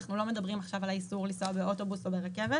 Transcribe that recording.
אנחנו לא מדברים עכשיו על האיסור לנסוע באוטובוס או ברכבת.